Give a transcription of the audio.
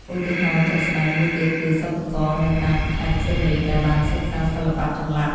ឧទាហរណ៍ជាក់ស្តែងមួយទៀតគឺ សិប្បករនៅតាមខេត្តសៀមរាបដែលបានសិក្សាសិល្បៈចម្លាក់។